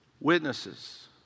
Witnesses